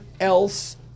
else